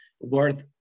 worth